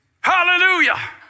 Hallelujah